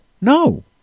no